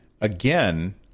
again